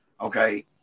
Okay